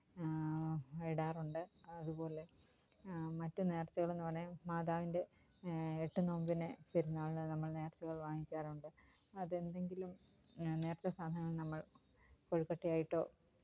ഇടാറുണ്ട് അതുപോലെ മറ്റു നേര്ച്ചകളെന്നു പറയാന് മാതാവിന്റെ എട്ട് നോമ്പിനെ പെരുന്നാളിനു നമ്മള് നേര്ച്ചകള് വാങ്ങിക്കാറുണ്ട് അതെന്തെങ്കിലും നേര്ച്ചാസാധനങ്ങൾ നമ്മള് കൊഴുക്കട്ടയായിട്ടോ